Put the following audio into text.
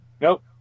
Nope